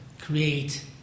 create